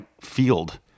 field